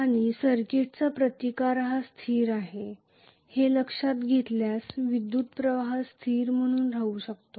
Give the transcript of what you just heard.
आणि सर्किटचा प्रतिकार हा स्थिर आहे हे लक्षात घेतल्यास विद्युत् प्रवाह स्थिर म्हणून राहू शकतो